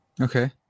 Okay